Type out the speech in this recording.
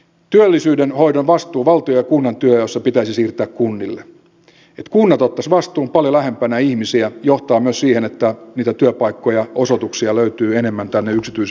työllisyyden hoidon vastuu on valtion ja kunnan ja se pitäisi siirtää kunnille että kunnat ottaisivat vastuun paljon lähempänä ihmisiä mikä johtaa myös siihen että niitä työpaikkoja osoituksia löytyy enemmän tänne yksityiselle puolelle